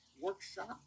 workshop